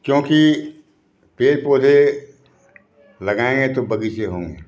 क्योंकि पेड़ पौधे लगाएंगे तो बगीचे होंगे